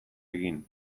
egin